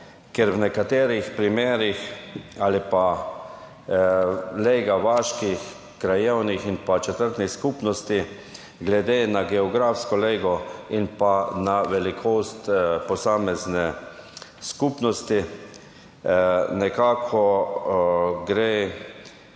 gre v nekaterih primerih, lega vaških, krajevnih in četrtnih skupnosti glede na geografsko lego in pa na velikost posamezne skupnosti, nekako za